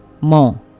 more